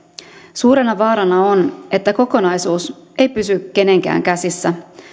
suurena vaarana on että kokonaisuus ei pysy kenenkään käsissä